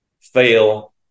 fail